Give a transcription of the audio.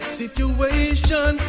situation